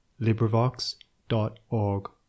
LibriVox.org